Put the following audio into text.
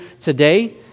today